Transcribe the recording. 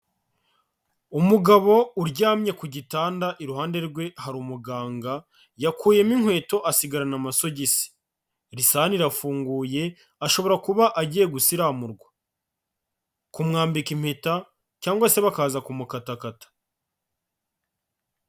Umugabo uryamye ku gitanda iruhande rwe hari umuganga, yakuyemo inkweto asigarana amasogisi, risani irafunguye ashobora kuba agiye gusiramurwa, kumwambika impeta cyangwa se bakaza kumukatakata.